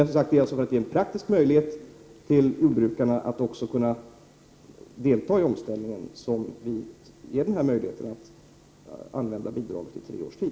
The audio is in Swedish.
Som sagt har vi gett praktisk möjlighet till jordbrukarna att delta i omställningen när vi gett möjlighet att använda bidraget under tre års tid.